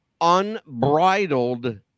unbridled